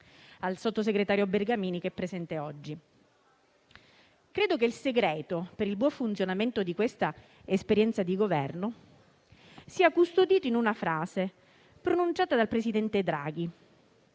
del sottosegretario Bergamini, presente in quest'Aula. Credo che il segreto per il buon funzionamento di quest'esperienza di governo sia custodito in una frase pronunciata dal presidente Draghi: